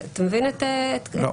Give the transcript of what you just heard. אתה מבין את כוונתי?